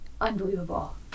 Unbelievable